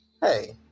Hey